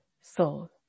soul